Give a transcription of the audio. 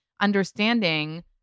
understanding